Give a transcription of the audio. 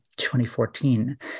2014